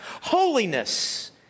holiness